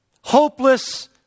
hopeless